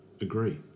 agree